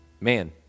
Man